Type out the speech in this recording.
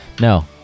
No